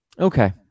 Okay